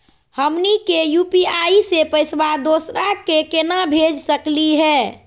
हमनी के यू.पी.आई स पैसवा दोसरा क केना भेज सकली हे?